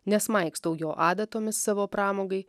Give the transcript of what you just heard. nesmaigstau jo adatomis savo pramogai